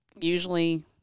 usually